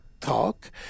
talk